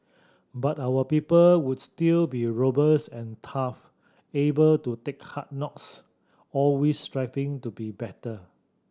but our people would still be robust and tough able to take hard knocks always striving to be better